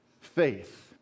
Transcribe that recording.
faith